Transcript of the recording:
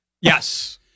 Yes